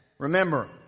Remember